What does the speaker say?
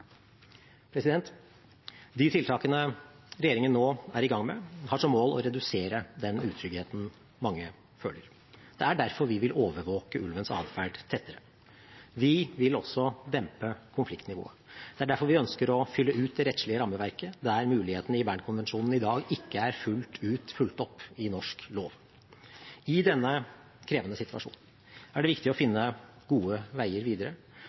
De tiltakene regjeringen nå er i gang med, har som mål å redusere den utryggheten mange føler. Det er derfor vi vil overvåke ulvens adferd tettere. Vi vil også dempe konfliktnivået. Det er derfor vi ønsker å fylle ut det rettslige rammeverket der mulighetene i Bern-konvensjonen i dag ikke er fullt ut fulgt opp i norsk lov. I denne krevende situasjonen er det viktig å finne gode veier videre,